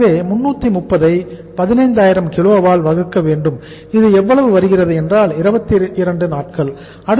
எனவே 330 ஐ 15000 கிலோவால் வகுக்க வேண்டும் இது எவ்வளவு வருகிறது என்றால் 22 நாட்கள் ஆகும்